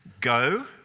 Go